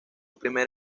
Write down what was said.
primer